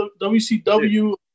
WCW